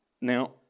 Now